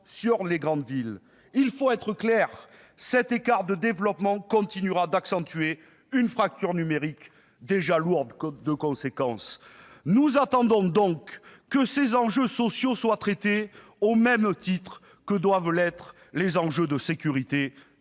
Il faut être clair : cet écart de développement continuera d'accentuer une fracture numérique déjà lourde de conséquences. Nous attendons donc que ces enjeux sociaux soient traités au même titre que les enjeux en matière de sécurité,